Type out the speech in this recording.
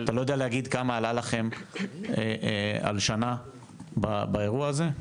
אבל --- אתה לא יודע להגיד כמה עלה לכם על השנה באירוע הזה?